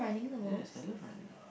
yes I love running